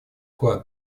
вклад